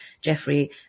Jeffrey